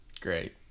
great